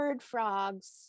frogs